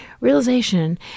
realization